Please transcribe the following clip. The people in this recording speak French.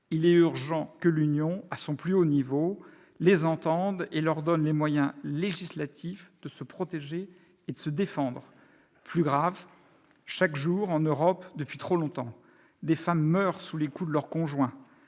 il est urgent que l'Union, à son plus haut niveau, les entende et leur donne les moyens législatifs de se protéger et de se défendre. Plus grave encore, en Europe, chaque jour, depuis trop longtemps, des femmes meurent sous les coups de leur conjoint.